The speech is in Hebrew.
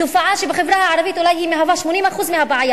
תופעה שבחברה הערבית מהווה אולי 80% מהבעיה.